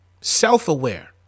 Self-aware